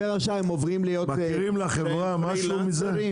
מכירים לחברה משהו מזה?